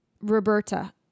Roberta